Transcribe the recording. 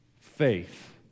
faith